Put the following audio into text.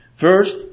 First